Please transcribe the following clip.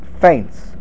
faints